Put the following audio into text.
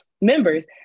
members